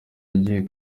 yagiye